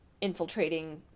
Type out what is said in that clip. infiltrating